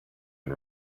and